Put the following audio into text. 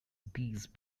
these